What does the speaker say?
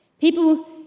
People